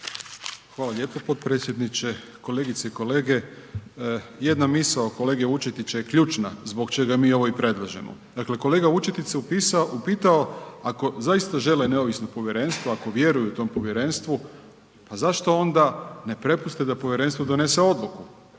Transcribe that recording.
Hvala lijepo potpredsjedniče. Kolegice i kolege jedna misao kolege Vučetića je ključna zbog čega mi ovo i predlažemo. Dakle, kolega Vučetić se upitao, ako zaista žele neovisno povjerenstvo, ako vjeruju tom povjerenstvu pa zašto onda ne prepuste da povjerenstvo ne donese odluku,